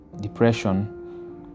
depression